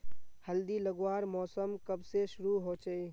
हल्दी लगवार मौसम कब से शुरू होचए?